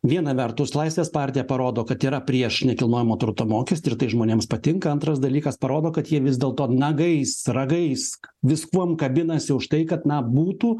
viena vertus laisvės partija parodo kad yra prieš nekilnojamo turto mokestį ir tai žmonėms patinka antras dalykas parodo kad jie vis dėlto nagais ragais viskuom kabinasi už tai kad na būtų